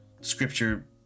Scripture